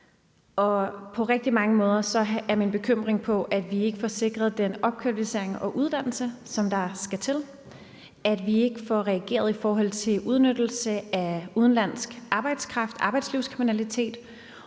På rigtig mange måder går min bekymring på, at vi ikke får sikret den opkvalificering og uddannelse, som der skal til, og at vi ikke får reageret i forhold til udnyttelse af udenlandsk arbejdskraft, arbejdslivskriminalitet,